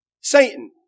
Satan